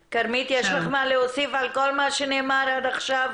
יש לך מה להוסיף על כל מה שנאמר עד עכשיו?